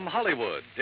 Hollywood